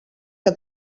que